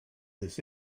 this